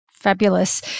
Fabulous